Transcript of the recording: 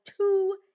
two